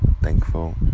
Thankful